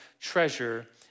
treasure